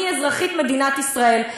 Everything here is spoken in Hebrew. אני אזרחית מדינת ישראל.